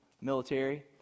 military